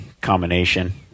combination